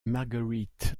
marguerite